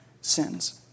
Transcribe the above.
sins